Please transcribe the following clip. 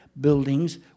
buildings